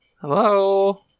Hello